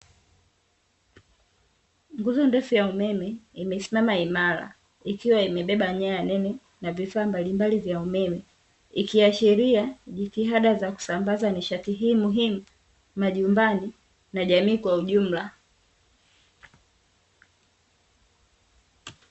Nguzo ndefu ya umeme imesimama imara ikiwa imebeba nyaya nene na vifaa mbalimbali vya umeme, ikiashiria jitihada za kusambaza nishati hii muhimu majumbani na jamii kwa ujumla.